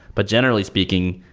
but generally speaking,